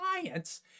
clients